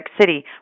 City